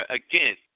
again